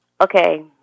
Okay